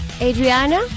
Adriana